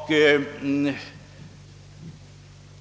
parter.